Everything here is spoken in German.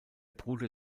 bruder